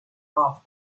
off